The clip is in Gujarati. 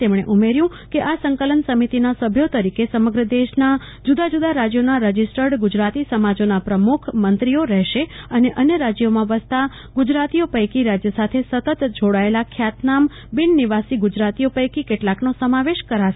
તેમણે ઉમેર્યું કે આ સંકલન સમિતિના સભ્યો તરીકે સમગ્ર દેશના જુદા જુદા રાજ્યોના રજીસ્ટર્ડ ગુજરાતી સમાજોના પ્રમુખશ્રી મંત્રીશ્રીઓ રહેશે અને અન્ય રાજ્યોમાં વસતા ગુજરાતીઓ પૈકી રાજ્ય સાથે સતત જોડાયેલા ખ્યાતનામ બિન નિવાસી ગુજરાતીઓ પૈકી કેટલાકનો સમાવેશ કરાશે